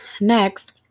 Next